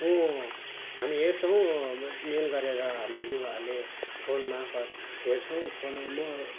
यो हामी हेर्छौँ अब मेल गरेर हामी युवाहरूले फोन मार्फत् हेर्छौँ फोनमा